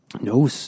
No